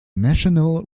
national